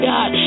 God